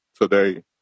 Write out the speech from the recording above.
today